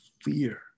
fear